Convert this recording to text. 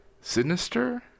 sinister